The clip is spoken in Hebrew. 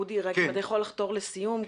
אודי, אתה יכול לחתור לסיום?